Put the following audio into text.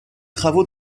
travaux